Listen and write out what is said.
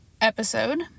episode